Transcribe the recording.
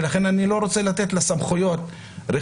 ולכן אני לא רוצה לתת לה סמכויות רחבות,